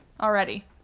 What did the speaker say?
already